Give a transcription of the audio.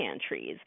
pantries